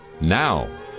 now